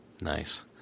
Nice